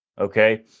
okay